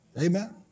Amen